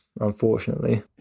unfortunately